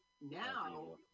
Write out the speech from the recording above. now